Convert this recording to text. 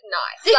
nice